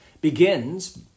begins